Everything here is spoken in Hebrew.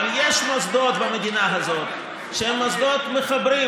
אבל יש מוסדות במדינה הזאת שהם מוסדות מחברים,